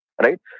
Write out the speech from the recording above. Right